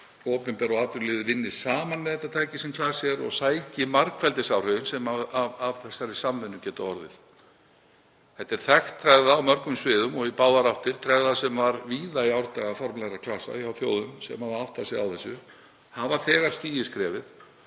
og atvinnulífið vinni saman með það tæki sem klasi er og sæki margfeldisáhrifin sem af þeirri samvinnu geta orðið. Þetta er þekkt tregða á mörgum sviðum og í báðar áttir. Tregða sem var víða í árdaga formlegra klasa hjá þjóðum sem hafa áttað sig á þessu, hafa þegar stigið skrefið,